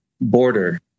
border